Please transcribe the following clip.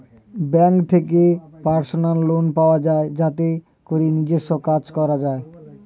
bank থেকে personal loan পাওয়া যায় যাতে করে নিজস্ব কাজ করা যায়